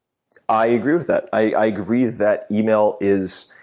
i agree with that. i agree that email is